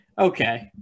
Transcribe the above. okay